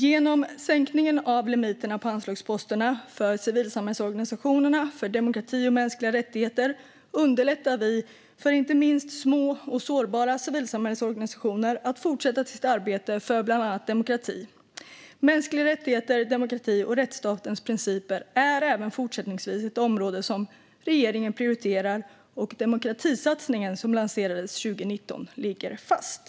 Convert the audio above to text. Genom sänkningen av limiterna på anslagsposterna för civilsamhällesorganisationerna och för demokrati och mänskliga rättigheter underlättar vi för inte minst små och sårbara civilsamhällesorganisationer att fortsätta sitt arbete för bland annat demokrati. Mänskliga rättigheter, demokrati och rättsstatens principer är även fortsättningsvis ett område som regeringen prioriterar, och demokratisatsningen som lanserades 2019 ligger fast.